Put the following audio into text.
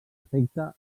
afecta